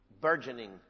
burgeoning